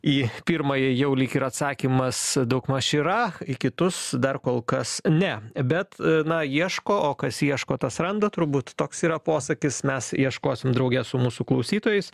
į pirmąjį jau lyg ir atsakymas daugmaž yra į kitus dar kol kas ne bet na ieško o kas ieško tas randa turbūt toks yra posakis mes ieškosim drauge su mūsų klausytojais